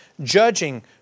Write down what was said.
judging